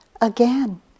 again